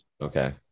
Okay